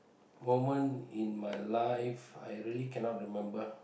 moment in my life I really cannot remember